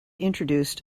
introduced